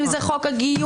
אם זה חוק הגיוס,